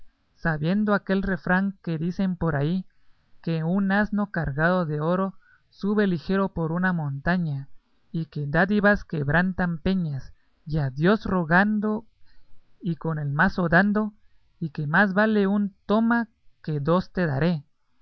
sabiendo aquel refrán que dicen por ahí que un asno cargado de oro sube ligero por una montaña y que dádivas quebrantan peñas y a dios rogando y con el mazo dando y que más vale un toma que dos te daré